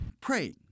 Pray